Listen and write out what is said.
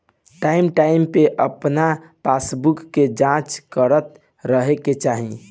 time time पे अपन passbook के जाँच करत रहे के चाही